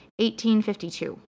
1852